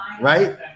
Right